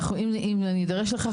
אם אני אדרש לכך,